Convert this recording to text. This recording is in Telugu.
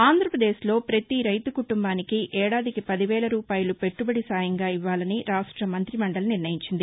ఆంధ్రాపదేశ్లో పతీ రైతు కుటుంబానికీ ఏడాదికి పదివేల రూపాయలు పెట్టబడి సాయంగా ఇవ్వాలని రాష్ట మంతి మండలి నిర్ణయించింది